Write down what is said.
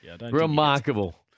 Remarkable